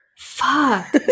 Fuck